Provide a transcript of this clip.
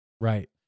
Right